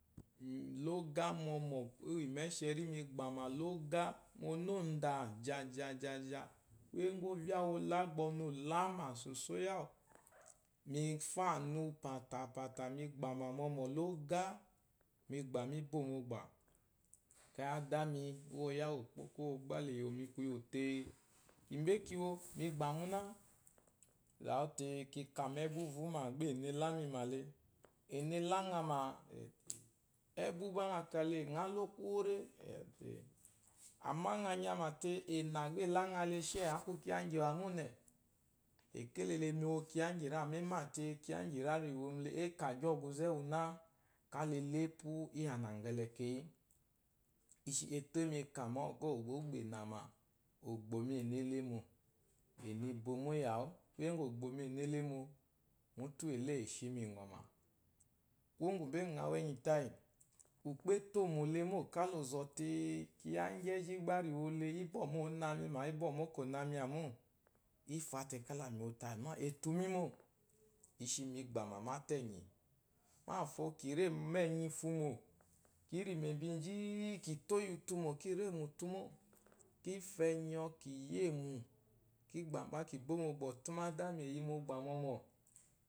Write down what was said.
Mi loga mɔmɔ uwemesheri mu ɔnada jaja kuwe ngwu ovya uwu ola bwɔ ɔnu olama sosai awu, mi fa anu fatafta mi gbama mɔmom la ogach migba mi bo mogba ekeyi kuyo te kimbe kiwo migba muna mi zawule ki ka mu evu vuma gba enelami lai ngɔ lo kuwole? Embu gba ngha nyama te ene gba alangha she aku kiya kyewa mone. kekelele mi wo kiya mima te kiya ngira kiwo mele ogyigyi ɔzuze zoun ka mi lepu lyami le keyi etomi aka ma bwɔ ogbo enama ogbomi eno lemo ena ebomo iyawu kuye ngwu ogbomi ena lemo mutu wu eyila eshi mi ngɔma kuwo ngumbe ngɔ wo enyi tayi ukpo etomo lema ka ɔzɔte kiya igyi eji gba le womile ibo mo ɔnangha ma ibomo ɔnangha mi mo ifyate kala mewo tayimo otumi mo ishi te mi gba muatanyi mafo kire mu enyo ifumo kiri membi ji i ki to mu enyo ifumo kkire mtumo ki fu enyo ki yi emu ki gba gba ki bo mogba ofumadami uwu eyi mogba mɔmɔ.